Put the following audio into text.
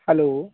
hello